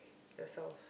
yourself